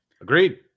Agreed